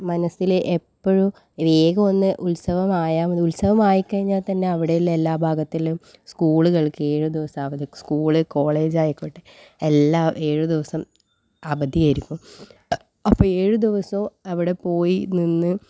മനസ്സിൽ എപ്പോഴും വേഗം ഒന്ന് ഉത്സവമായാൽ മതി ഉത്സവമായിക്കഴിഞ്ഞാൽ തന്നെ അവിടെയുള്ള ഭാഗത്തിലും സ്കൂളുകൾക്ക് ഏഴു ദിവസം അവധി സ്കൂൾ കോളേജായിക്കോട്ടെ എല്ലാം ഏഴു ദിവസം അവധി ആയിരിക്കും അപ്പോൾ ഏഴു ദിവസവും അവിടെ പോയി നിന്ന്